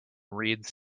reeds